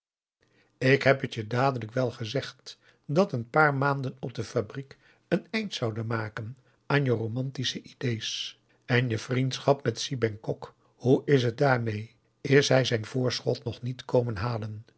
ik heb het je dadelijk wel gezegd dat een paar maanden op de fabriek een eind zouden maken aan je romantische idees en je vriendschap met si bengkok hoe is het daarmee is hij zijn voorschot nog niet komen halen